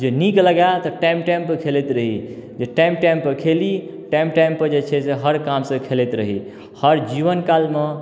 जे नीक लगै तऽ टाइम टाइम पर खेलैत रहि जे टाइम टाइम पर खेली टाइम टाइम पर जे छै से हर कामसँ खेलैत रहि हर जीवन कालमे